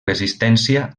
resistència